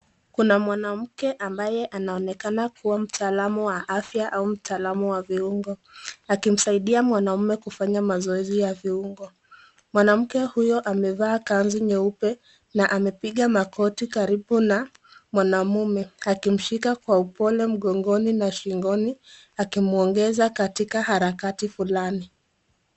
Kuna mwanamke ambaye anaonekana kua mtaalam wa afya au mtaalam wa viungo, akimsaidia mwanaume kufanya mazoezi ya viungo. Mwanamke huyo amevaa kanzu nyeupe na amepiga magoti karibu na mwanaume akimshika kwa upole mgongoni na shingoni akimuongeza katika harakati fulani.